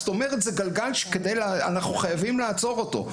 זאת אומרת שזה גלגל שאנחנו חייבים לעצור אותו.